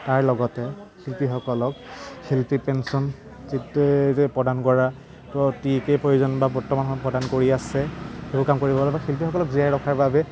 তাৰ লগতে শিল্পীসকলক শিল্পী পেঞ্চন যাতে প্ৰদান কৰা অতিকে প্ৰয়োজন বা বৰ্তমান সময়ত প্ৰদান কৰি আছে সেইবোৰ কাম কৰিব লাগিব আৰু শিল্পীসকলক জীয়াই ৰখাৰ বাবে